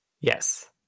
Yes